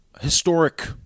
Historic